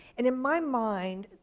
and in my mind,